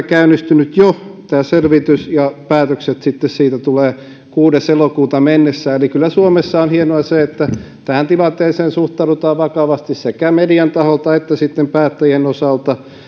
käynnistynyt jo ja päätökset siitä tulevat kuudes elokuuta mennessä eli kyllä suomessa on hienoa se että tähän tilanteeseen suhtaudutaan vakavasti sekä median taholta että päättäjien osalta